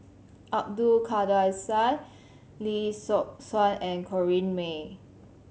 Abdul Kadir Syed Lee Yock Suan and Corrinne May